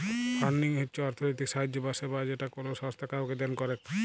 funding হচ্ছ অর্থলৈতিক সাহায্য বা সেবা যেটা কোলো সংস্থা কাওকে দেন করেক